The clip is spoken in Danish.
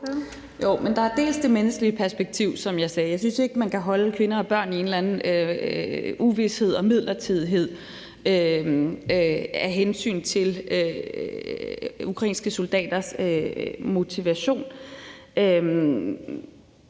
Der er dels det menneskelige perspektiv, som jeg sagde. Jeg synes ikke, man kan holde kvinder og børn i en eller anden uvished og midlertidighed af hensyn til ukrainske soldaters motivation